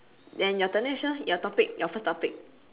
then your turn eh shir your topic your first topic